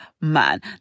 man